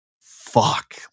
fuck